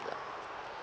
lah